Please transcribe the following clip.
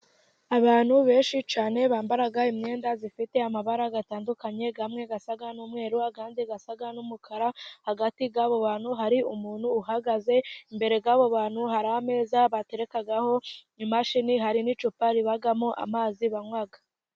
Abantu benshi cyane, bambara imyenda zifite amabara atandukanye. Amwe asa n'umweru, andi asa n'umukara, hagati yabo bantu hari umuntu uhagaze imbere y'abo bantu, hari ameza baterekaho imashini, hari n'icupa ribamo amazi banywa.